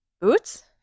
boots